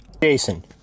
Jason